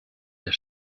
der